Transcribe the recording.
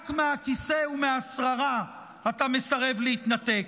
רק מהכיסא ומהשררה אתה מסרב להתנתק.